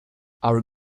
our